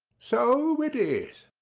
so it is.